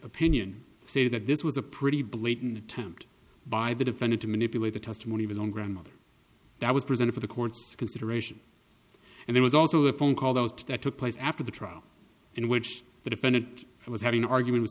opinion say that this was a pretty blatant attempt by the defendant to manipulate the testimony of his own grandmother that was presented to the court's consideration and there was also the phone call those that took place after the trial in which the defendant was having argument